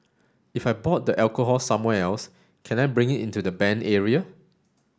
if I bought the alcohol somewhere else can I bring it into the banned area